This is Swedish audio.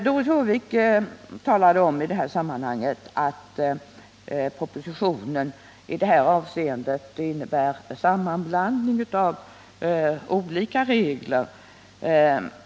Doris Håvik sade att propositionen i det här avseendet innebär en sammanblandning av olika regler.